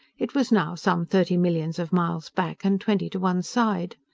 it was now some thirty millions of miles back and twenty to one side.